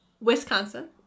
Wisconsin